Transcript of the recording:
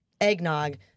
eggnog